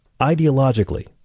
ideologically